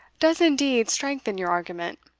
does indeed strengthen your argument.